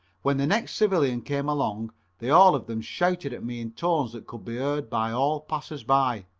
when the next civilian came along they all of them shouted at me in tones that could be heard by all passers-by